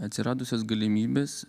atsiradusios galimybės